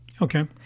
Okay